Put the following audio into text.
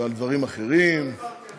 ועל דברים אחרים, אני לא דיברתי על זה.